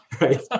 Right